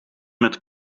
met